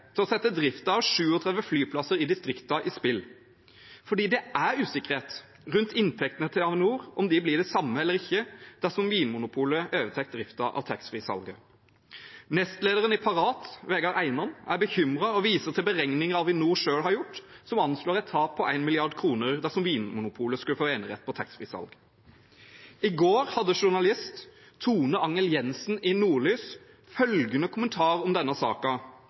til å sette driften av 37 flyplasser i distriktene i spill, for det er usikkerhet rundt inntektene til Avinor, om de blir de samme eller ikke, dersom Vinmonopolet overtar driften av taxfree-salget. Nestlederen i Parat, Vegard Einan, er bekymret og viser til beregninger Avinor selv har gjort, som anslår et tap på 1 mrd. kr dersom Vinmonopolet skulle få enerett på taxfree-salg. I går hadde journalist Tone Angell Jensen i Nordlys følgende kommentar på trykk om denne